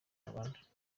rwanda